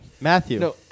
Matthew